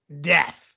death